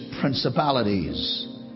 principalities